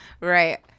Right